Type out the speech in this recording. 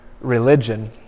religion